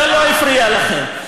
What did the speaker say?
זה לא הפריע לכם.